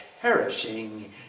perishing